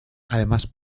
además